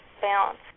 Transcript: balance